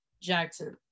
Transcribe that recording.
Jackson